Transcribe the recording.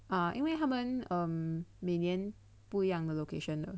ah 因为他们 err 每年不一样的 location